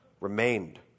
remained